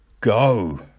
go